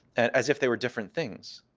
and as if they were different things.